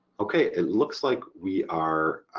okay it looks like we are